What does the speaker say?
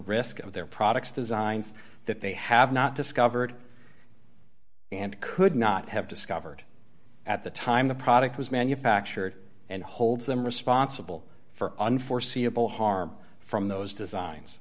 risk of their products designs that they have not discovered and could not have discovered at the time the product was manufactured and hold them responsible for unforeseeable harm from those designs